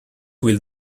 will